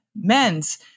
Men's